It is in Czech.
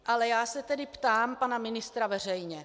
Ale já se tedy ptám pana ministra veřejně.